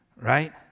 right